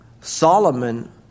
Solomon